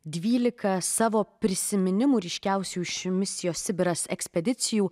dvylika savo prisiminimų ryškiausių iš misijos sibiras ekspedicijų